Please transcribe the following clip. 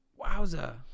Wowza